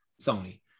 Sony